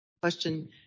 question